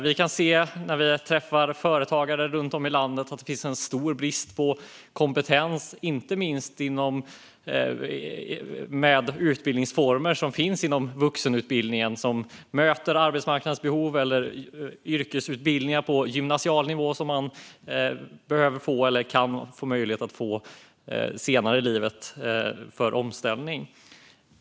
Vi kan se när vi träffar företagare runt om i landet att det finns stor brist på kompetens och inte minst på utbildningsformer som möter arbetsmarknadens behov - som finns inom vuxenutbildningen - och yrkesutbildningar på gymnasienivå som man kan få möjlighet att gå senare i livet för omställning.